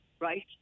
right